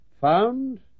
found